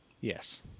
Yes